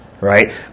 right